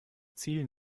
ziel